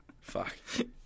Fuck